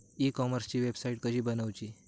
E कॉमर्सची website कशी बनवची?